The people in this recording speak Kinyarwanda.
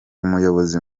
umuyobozi